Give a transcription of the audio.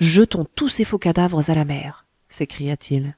jetons tous ces faux cadavres à la mer s'écria-t-il